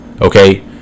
okay